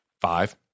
Five